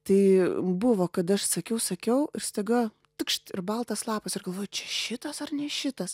tai buvo kad aš sakiau sakiau ir staiga tikšt ir baltas lapas ir galvoju čia šitas ar ne šitas